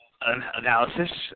analysis